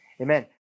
Amen